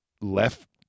left